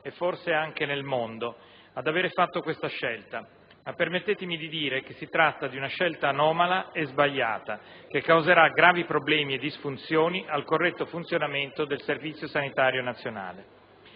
e forse anche nel mondo ad aver fatto questa scelta, ma permettetemi di dire che si tratta di una scelta anomala e sbagliata, che causerà gravi problemi e disfunzioni al corretto funzionamento del Servizio sanitario nazionale.